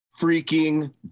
freaking